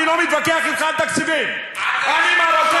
אני פה, אני פה.